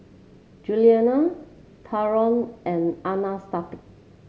Juliana Tyron and Anastacio